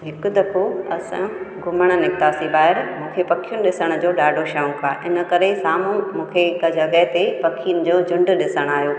हिकु दफ़ो असां घुमणु निकितासीं ॿाहिरि मूंखे पखियूं ॾिसण जो ॾाढो शौक़ु आहे इन करे साम्हूं मूंखे हिकु जॻहि ते पखियुनि जो झुंडु ॾिसणु आयो